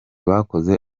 bakoze